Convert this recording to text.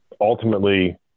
ultimately